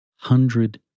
Hundred